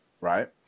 right